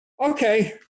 okay